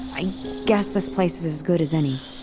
i guess this place is as good as any.